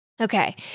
Okay